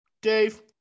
Dave